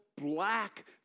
black